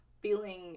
feeling